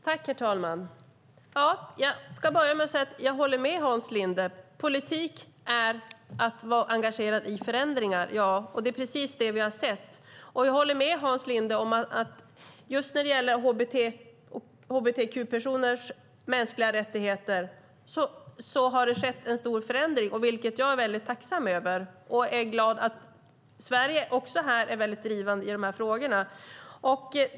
Herr talman! Jag ska börja med att säga att jag håller med Hans Linde: Politik är att vara engagerad i förändringar. Det är precis det vi har sett. Jag håller med Hans Linde om att just när det gäller hbtq-personers mänskliga rättigheter har det skett en stor förändring, vilket jag är väldigt tacksam över, och jag är glad att Sverige är drivande i de här frågorna.